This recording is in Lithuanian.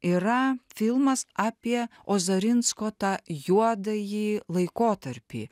yra filmas apie ozarinsko tą juodąjį laikotarpį